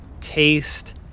taste